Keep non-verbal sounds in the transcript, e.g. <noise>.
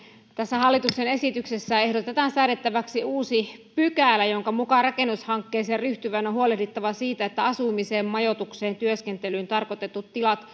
tässä hallituksen esityksessä ehdotetaan säädettäväksi uusi pykälä jonka mukaan rakennushankkeeseen ryhtyvän on huolehdittava siitä että asumiseen majoitukseen tai työskentelyyn tarkoitetut tilat <unintelligible>